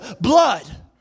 blood